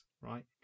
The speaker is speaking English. right